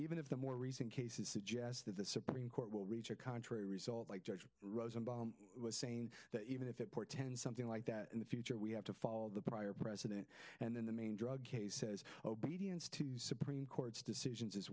even if the more recent cases suggest that the supreme court will reach a contrary result like judge rosen by saying that even if it portends something like that in the future we have to follow the prior precedent and then the main drug case says obedience to supreme court's decisions is